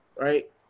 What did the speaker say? right